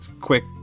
quick